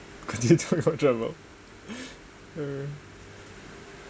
because you're talking about travel err